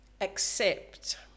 accept